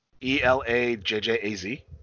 E-L-A-J-J-A-Z